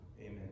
Amen